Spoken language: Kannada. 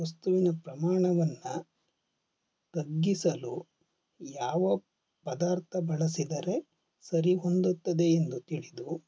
ವಸ್ತುವಿನ ಪ್ರಮಾಣವನ್ನು ತಗ್ಗಿಸಲು ಯಾವ ಪದಾರ್ಥ ಬಳಸಿದರೆ ಸರಿ ಹೊಂದುತ್ತದೆ ಎಂದು ತಿಳಿದು